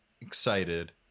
excited